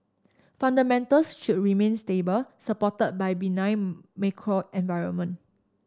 fundamentals should remain stable supported by the benign macro environment